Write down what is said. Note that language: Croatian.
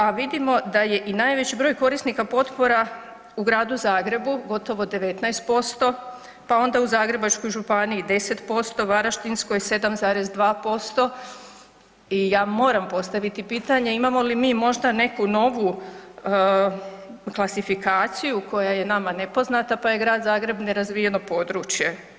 A vidimo da je i najveći broj korisnika potpora u Gradu Zagrebu, gotovo 19%, pa onda u Zagrebačkoj županiji 10%, Varaždinskoj 7,2% i ja moram postaviti pitanje, imamo li mi možda neku novu klasifikaciju koja je nama nepoznata, pa je Grad Zagreb nerazvijeno područje?